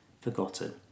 forgotten